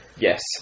Yes